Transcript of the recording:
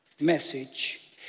message